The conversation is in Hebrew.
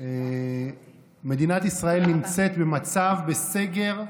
מדינת ישראל נמצאת בסגר,